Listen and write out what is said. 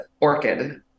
Orchid